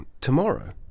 tomorrow